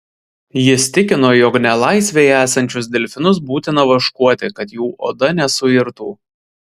jis tikino jog nelaisvėje esančius delfinus būtina vaškuoti kad jų oda nesuirtų